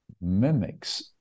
mimics